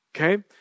Okay